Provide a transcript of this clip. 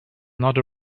not